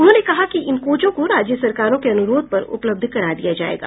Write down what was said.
उन्होंने कहा कि इन कोचों को राज्य सरकारों के अनुरोध पर उपलब्ध करा दिया जाएगा